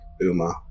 Uma